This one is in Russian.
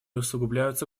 усугубляются